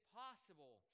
possible